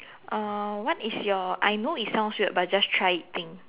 uh what is your I know it sounds weird but just try it thing